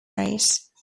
race